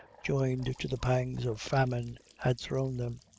joined to the pangs of famine, had thrown them.